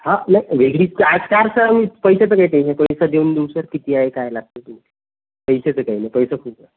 हा नाही वेगळी पैशाचं काही टेंशन नाही पैसा देऊन देऊ सर किती आहे काय लागतं ते पैशाचं काही नाही पैसा खूप आहे